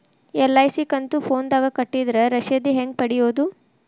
LIC ಕಂತು ಫೋನದಾಗ ಕಟ್ಟಿದ್ರ ರಶೇದಿ ಹೆಂಗ್ ಪಡೆಯೋದು?